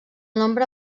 nombre